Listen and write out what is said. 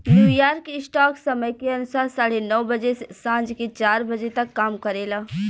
New York stock समय के अनुसार साढ़े नौ बजे से सांझ के चार बजे तक काम करेला